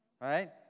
Right